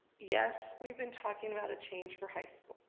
yes, we've been talking about a change for high school.